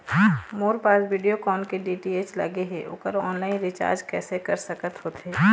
मोर पास वीडियोकॉन के डी.टी.एच लगे हे, ओकर ऑनलाइन रिचार्ज कैसे कर सकत होथे?